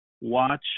Watch